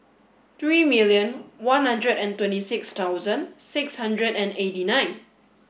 three million one hundred and twenty six thousand six hundred and eighty nine